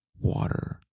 water